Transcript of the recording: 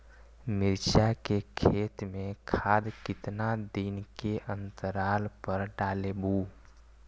मिरचा के खेत मे खाद कितना दीन के अनतराल पर डालेबु?